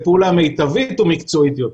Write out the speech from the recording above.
לפעולה מיטבית ומקצועית יותר.